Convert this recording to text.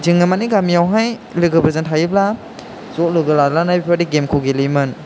जोङो मानि गामियावहाय लोगोफोरजों थायोब्ला ज' लोगो लानानै बेफोरबायदि गेम खौ गेलेयोमोन